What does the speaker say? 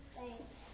Thanks